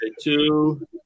two